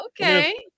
okay